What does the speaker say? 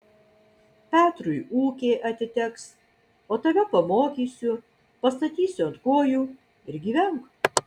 petrui ūkė atiteks o tave pamokysiu pastatysiu ant kojų ir gyvenk